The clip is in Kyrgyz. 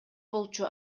болчу